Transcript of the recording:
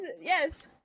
Yes